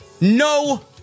No